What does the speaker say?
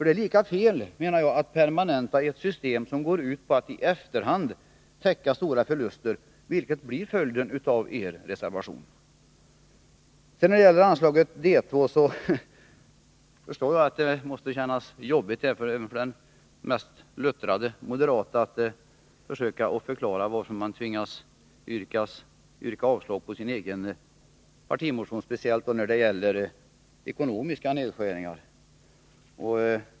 Det är lika felaktigt att permanenta ett system som går ut på att i efterhand täcka stora förluster, vilket skulle bli följden av ett bifall till er reservation. När det gäller anslaget D 2 förstår jag att det måste kännas svårt även för den mest luttrade moderat att försöka förklara, varför man tvingas yrka avslag på sin egen partimotion, speciellt beträffande ekonomiska nedskärningar.